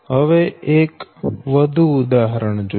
હવે એક વધુ ઉદાહરણ જોઈએ